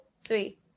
three